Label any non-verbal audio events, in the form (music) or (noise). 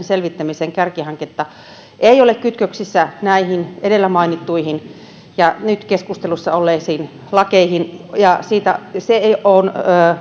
(unintelligible) selvittämisen kärkihanketta se ei ole kytköksissä näihin edellä mainittuihin ja nyt keskustelussa olleisiin lakeihin ja se on